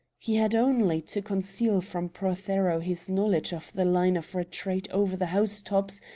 he had only to conceal from prothero his knowledge of the line of retreat over the house-tops,